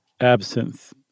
absinthe